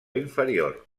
inferior